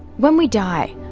when we die,